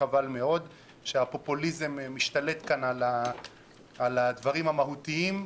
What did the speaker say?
חבל מאוד שהפופוליזם משתלט כאן על הדברים המהותיים.